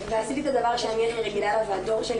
ועשיתי את הדבר שאני הכי רגילה לו והדור שלי